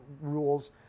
rules